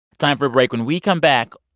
time for a break. when we come back,